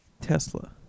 Tesla